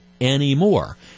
anymore